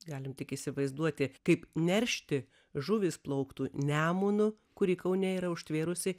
galime tik įsivaizduoti kaip neršti žuvys plauktų nemunu kurį kaune yra užtvėrusi